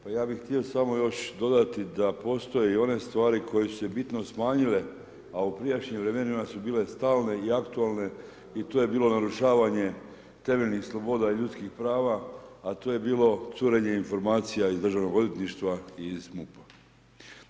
Pa ja bi htio još samo još dodati da postoje i one stvari koje su se bitno smanjila, a u prijašnjim vremenima su bile stalne i aktualne i tu je bilo narušavanje temeljnih sloboda i ljudskih prava, a to je bilo curenje informacija iz državnog odvjetništva i iz MUP-a.